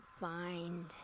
find